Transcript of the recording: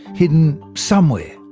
hidden somewhere.